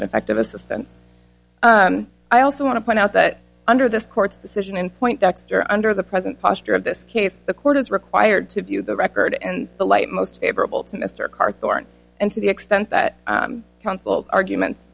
ineffective assistance i also want to point out that under this court's decision in point dexter under the present posture of this case the court is required to view the record and the light most favorable to mr carr thorne and to the extent that councils arguments